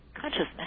consciousness